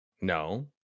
No